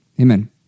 Amen